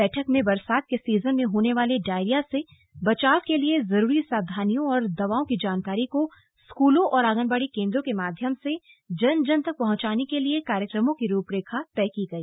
बैठक में बरसात के सीजन में होने वाले डायरिया से बचाव के लिए जरूरी सावधानियों और दवाओं की जानकारी को स्कूलों और आंगनबाड़ी केन्द्रों के माध्यम से जन जन तक पहुंचाने के लिए कार्यक्रमों की रूपरेखा तय की गई